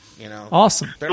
Awesome